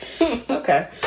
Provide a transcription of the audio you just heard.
okay